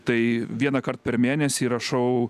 tai vienąkart per mėnesį rašau